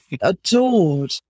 adored